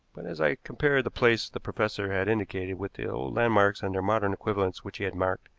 but, as i compared the place the professor had indicated with the old landmarks and their modern equivalents which he had marked,